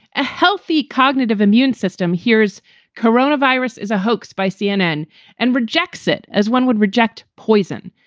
a healthy cognitive immune system here's coronavirus is a hoax by cnn and rejects it as one would reject poison.